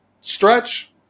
stretch